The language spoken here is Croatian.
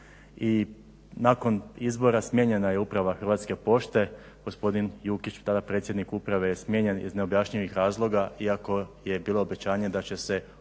i nakon izbora smijenjena je Uprava Hrvatske pošte gospodin Jukić tada predsjednik uprave je smijenjen iz neobjašnjivih razloga iako je bilo obećanje da će se ona